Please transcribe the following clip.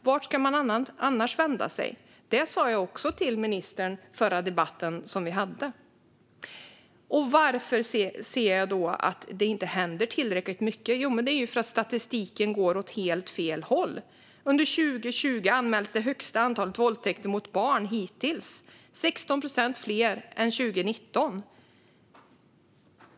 Vart ska man annars vända sig? Det sa jag också till ministern i förra debatten som vi hade. Varför ser jag då att det inte händer tillräckligt mycket? Det är för att statistiken går åt helt fel håll. Under 2020 anmäldes det högsta antalet våldtäkter mot barn hittills. Det var 16 procent fler än 2019.